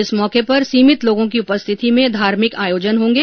इस मौके पर सीमित लोगों की उपस्थिति में धार्मिक आयोजन होंगे